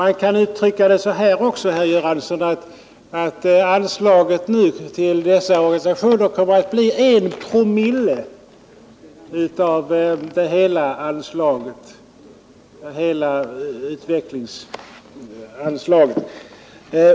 Man kan också uttrycka det så, herr Göransson, att anslaget till dessa organisationer kommer att bli I procent av hela utvecklingsanslaget.